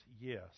Yes